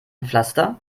pflaster